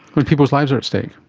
when people's lives are at stake?